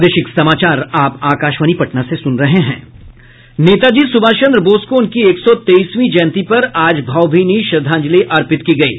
नेताजी सुभाष चंद्र बोस को उनकी एक सौ तेइसवीं जयंती पर आज भावभीनी श्रद्धाजंलि अर्पित की गयी